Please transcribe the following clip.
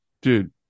Dude